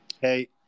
Hey